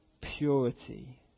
purity